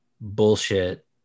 bullshit